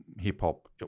hip-hop